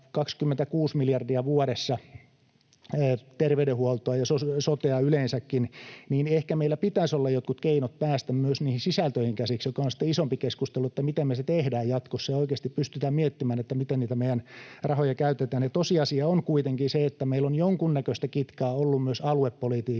26 miljardia vuodessa terveydenhuoltoa ja sotea yleensäkin, niin ehkä meillä pitäisi olla jotkut keinot päästä myös niihin sisältöihin käsiksi — mikä on sitten isompi keskustelu, että miten me se tehdään jatkossa ja oikeasti pystytään miettimään, miten niitä meidän rahoja käytetään. Tosiasia on kuitenkin se, että meillä on jonkunnäköistä kitkaa ollut myös aluepolitiikassa